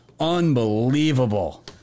unbelievable